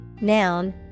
Noun